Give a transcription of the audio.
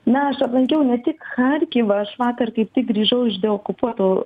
na aš aplankiau ne tik charkivą aš vakar kaip tik grįžau iš deokupuotų